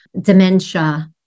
dementia